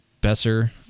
besser